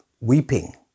weeping